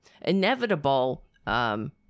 inevitable